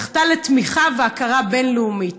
זכתה לתמיכה והכרה בין-לאומיות.